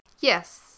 Yes